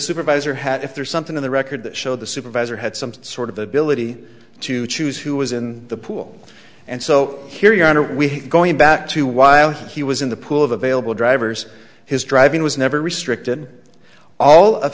supervisor had if there's something in the record that showed the supervisor had some sort of ability to choose who was in the pool and so here you are we going back to while he was in the pool of available drivers his driving was never restricted all of